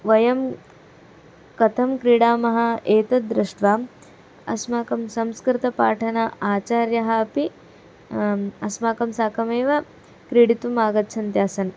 वयं कथं क्रीडामः एतत् दृष्ट्वा अस्माकं संस्कृतपाठन आचार्यः अपि अस्माकं साकमेव क्रीडितुम् आगच्छन्त्यासन्